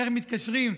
איך מתקשרים,